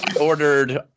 Ordered